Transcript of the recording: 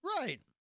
Right